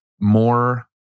more